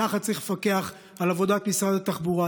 כך צריך לפקח על עבודת משרד התחבורה.